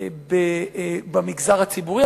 במגזר הציבורי,